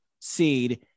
seed